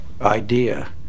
idea